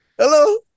Hello